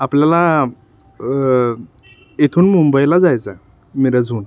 आपल्याला इथून मुंबईला जायचं आहे मिरजहून